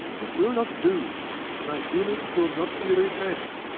it will not do! my feelings will not be repressed!